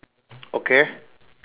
okay